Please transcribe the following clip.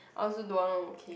I also don't want okay